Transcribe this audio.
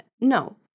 No